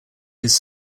his